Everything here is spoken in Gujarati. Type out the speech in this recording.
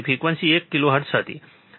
ફ્રિક્વન્સી એક કિલોહર્ટ્ઝ હતી સાચું